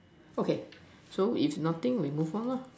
okay so if nothing we move on loh